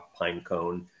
Pinecone